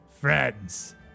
friends